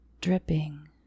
dripping